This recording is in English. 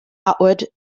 outward